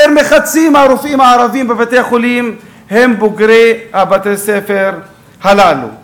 יותר מחצי הרופאים הערבים בבתי-החולים הם בוגרי בתי-הספר הללו.